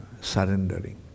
surrendering